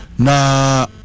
Na